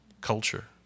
culture